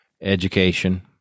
education